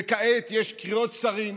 וכעת יש קריאות שרים,